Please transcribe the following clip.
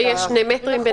שיהיו שני מטרים.